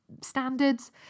standards